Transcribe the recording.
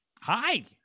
Hi